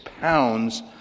pounds